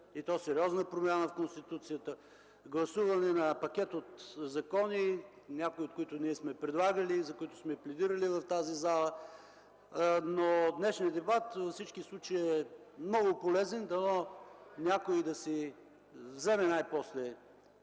и то сериозна промяна в Конституцията, гласуване на пакет от закони, някои от които ние сме предлагали и сме пледирали в тази зала. Днешният дебат, при всички случаи, е много полезен. Дано някой да си вземе най-после